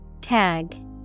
Tag